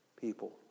people